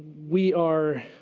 we are